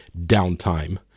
downtime